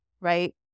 right